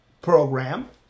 program